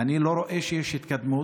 ואני לא רואה שיש התקדמות.